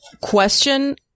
Question